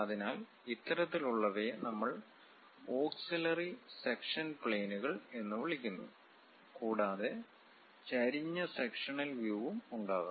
അതിനാൽ ഇത്തരത്തിലുള്ളവയെ നമ്മൾ ഓക്സിലറി സെക്ഷൻ പ്ലെയിനുകൾ എന്ന് വിളിക്കുന്നു കൂടാതെ ചരിഞ്ഞ സെക്ഷണൽ വ്യവും ഉണ്ടാകാം